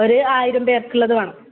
ഒരു ആയിരം പേർക്കുള്ളത് വേണം